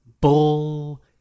bull